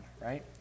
right